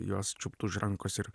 juos čiupt už rankos ir